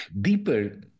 deeper